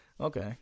Okay